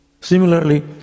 Similarly